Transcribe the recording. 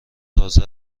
تازه